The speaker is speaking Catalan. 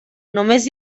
només